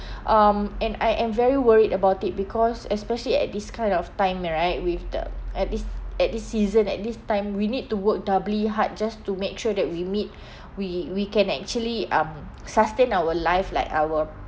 um and I am very worried about it because especially at this kind of time uh right with the at this at this season at this time we need to work doubly hard just to make sure that we meet we we can actually um sustain our life like our